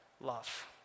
love